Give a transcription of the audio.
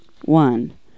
one